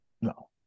No